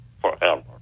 forever